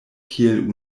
kiel